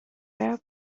bare